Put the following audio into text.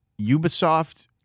Ubisoft